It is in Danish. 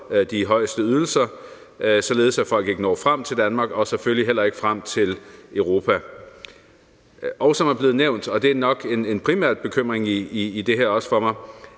de højeste ydelser – således at folk ikke når frem til Danmark og selvfølgelig heller ikke frem til Europa. Det er også blevet nævnt, og det er nok en primær bekymring ved det her for mig,